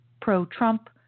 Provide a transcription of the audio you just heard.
pro-Trump